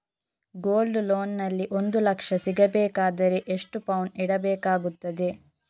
Gold loan ನಲ್ಲಿ ಒಂದು ಲಕ್ಷ ಸಿಗಬೇಕಾದರೆ ಎಷ್ಟು ಪೌನು ಇಡಬೇಕಾಗುತ್ತದೆ?